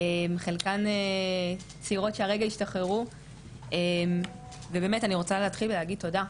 חלקן צעירות שהרגע השתחררו ובאמת אני רוצה להתחיל להגיד תודה,